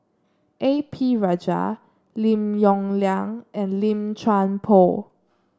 A P Rajah Lim Yong Liang and Lim Chuan Poh